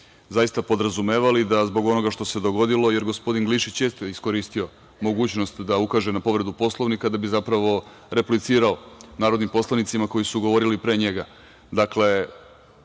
zaista podrazumevali da zbog onoga što se dogodilo, jer gospodin Glišić jeste iskoristio mogućnost da ukaže na povredu Poslovnika da bi zapravo replicirao narodnim poslanicima koji su govorili pre njega. Dakle,